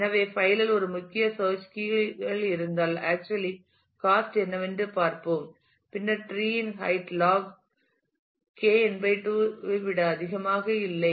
எனவே பைல் இல் ஒரு முக்கிய சேர்ச் கீ கள் இருந்தால் ஆக்சுவலி காஸ்ட் என்னவென்று பார்ப்போம் பின்னர் டிரீ இன் ஹைட் லாக் Kn 2 ஐ விட அதிகமாக இல்லை